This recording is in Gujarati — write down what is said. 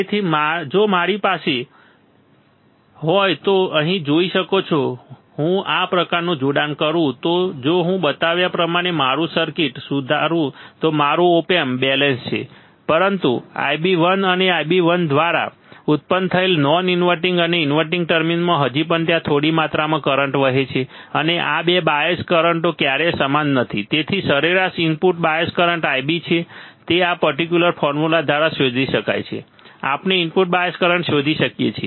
તેથી જો મારી પાસે હોય તો તમે અહીં જોઈ શકો છો જો હું આ પ્રકારનું જોડાણ કરું તો જો હું બતાવ્યા પ્રમાણે મારું સર્કિટ સુધારું તો મારું ઓપ એમ્પ બેલેન્સ છે પરંતુ Ib1 અને Ib2 દ્વારા ઉત્પન્ન થયેલ નોન ઇન્વર્ટીંગ અને ઇન્વર્ટીંગ ટર્મિનલમાં હજી પણ ત્યાં થોડી માત્રામાં કરંટ વહે છે અને આ 2 બાયઝ કરંટો ક્યારેય સમાન નથી તેથી સરેરાશ ઇનપુટ બાયઝ કરંટ Ib જે આ પર્ટિક્યુલર ફોર્મ્યુલા દ્વારા શોધી શકાય છે આપણે ઇનપુટ બાયઝ કરંટ શોધી શકીએ છીએ